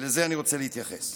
ולזה אני רוצה להתייחס.